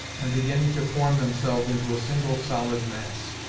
and beginning to form themselves into a single solid mass.